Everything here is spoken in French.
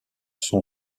sont